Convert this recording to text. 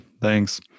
Thanks